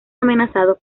amenazados